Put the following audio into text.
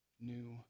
new